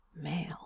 male